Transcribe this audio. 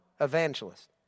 evangelist